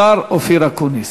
השר אופיר אקוניס.